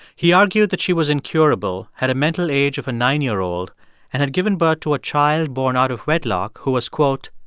he argued that she was incurable, had a mental age of a nine year old and had given birth to a child born out of wedlock who was, quote,